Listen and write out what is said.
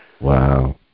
Wow